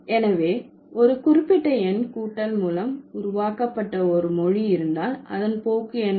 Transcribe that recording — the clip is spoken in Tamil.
எனவே ஒரு குறிப்பிட்ட எண் கூட்டல் மூலம் உருவாக்கப்பட்ட ஒரு மொழி இருந்தால் அதன் போக்கு என்ன